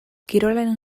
kirolaren